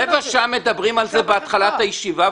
-- רבע שעה מדברים על זה בהתחלת הישיבה,